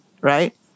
right